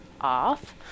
off